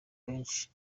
benshi